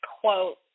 quote